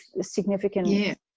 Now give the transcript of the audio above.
significant